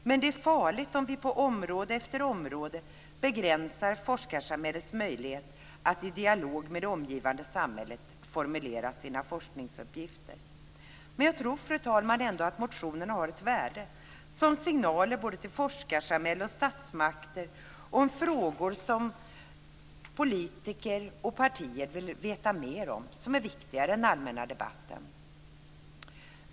Men det är farligt om vi på område efter område begränsar forskarsamhällets möjlighet att i dialog med det omgivande samhället formulera sina forskningsuppgifter. Ändå tror jag, fru talman, att motionerna har ett värde, som signaler både till forskarsamhället och till statsmakterna om frågor som politiker och partier vill veta mer om och som är viktiga i den allmänna debatten.